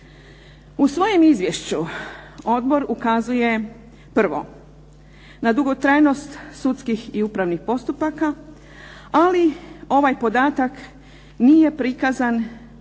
U svojem izvješću odbor ukazuje prvo na dugotrajnost sudskih i upravnih postupaka, ali ovaj podatak nije prikazan